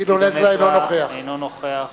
אינו נוכח